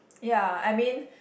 ya I mean